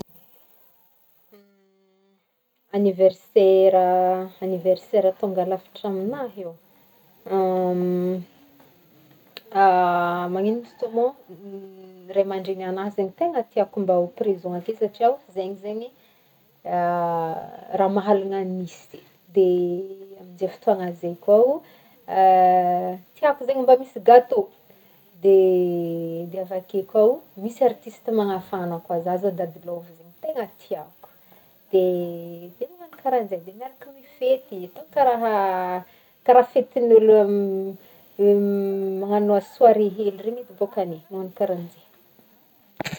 anniversaire tonga lafatra amignahy oh, manino izy tô mô ray amandregny agnahy zegny tegna tiako mba ho present akeho satria zegny zegny raha mahalana nisy de amy zay fotoana zay koa ho tiako zegny mbô misy gateau de avy ake kô misy artiste magnafana koa, za zao Dadi love zegny tegna tiako, de- de magnagno karaha zegny, de miaraka mifety, atao karaha- karaha fetin'olo magnagno soirée hely regny edy bôkany, magnagno karaha zegny.